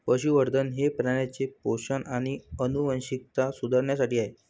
पशुसंवर्धन हे प्राण्यांचे पोषण आणि आनुवंशिकता सुधारण्यासाठी आहे